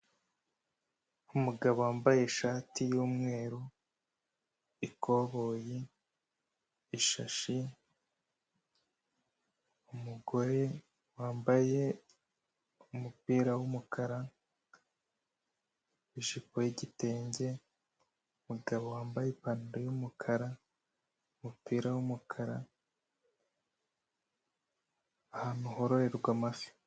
Umugabo wambaye ishati y'umweru, ikoboyi, ishashi, umugore wambaye umupira w'umukara, w'ijipo y'igitenge, umugabo wambaye ipantaro y'umukara, umupira w'umukara, ahantu hororerwa amafi.